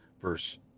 verse